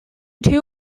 two